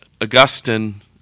Augustine